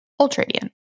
ultradian